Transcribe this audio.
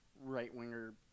right-winger